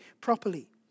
properly